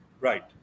right